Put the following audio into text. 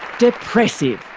depressive!